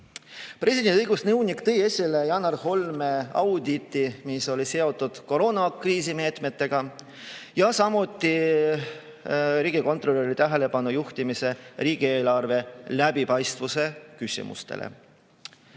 Presidendi õigusnõunik tõi esile Janar Holmi auditi, mis oli seotud koroonakriisimeetmetega, ja samuti riigikontrolöri tähelepanujuhtimise riigieelarve läbipaistvuse küsimustele.